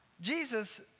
Jesus